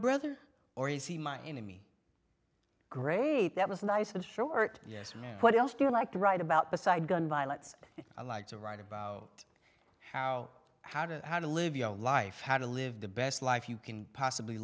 brother or is he my enemy great that was nice and short yes or no what else do you like to write about the side gun violence i like to write about how how to how to live your life how to live the best life you can possibly